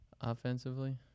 Offensively